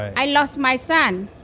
i lost my son